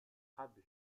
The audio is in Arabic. قبل